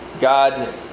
God